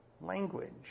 language